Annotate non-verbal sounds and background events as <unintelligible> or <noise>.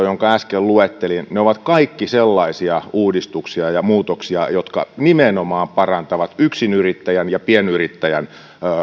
<unintelligible> jonka äsken luettelin ne ovat kaikki sellaisia uudistuksia ja muutoksia jotka nimenomaan parantavat yksinyrittäjän ja pienyrittäjän